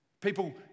People